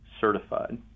certified